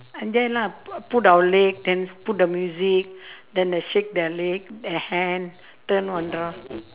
and there lah put our leg then put the music then they shake their leg their hand turn one round